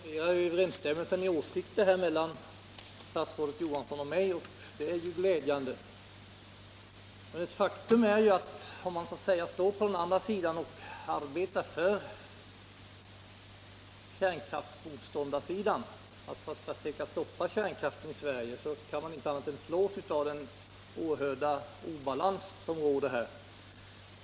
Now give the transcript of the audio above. Herr talman! Jag noterar att det föreligger överensstämmelse i åsikter mellan statsrådet Johansson och mig, och det är glädjande. Men faktum är att om man så att säga står på den andra sidan och arbetar för kärnkraftsmotstånd för att stoppa kärnkraft i Sverige kan man inte annat än slås av den oerhörda obalans som råder.